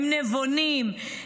הם נבונים,